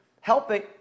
helping